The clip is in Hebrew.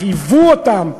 חייבו אותם,